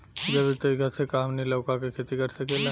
जैविक तरीका से का हमनी लउका के खेती कर सकीला?